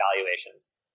valuations